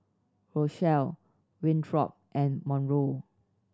Rochelle Winthrop and Monroe